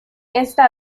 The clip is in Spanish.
esta